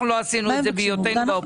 אנחנו לא עשינו את זה בהיותנו באופוזיציה.